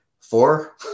four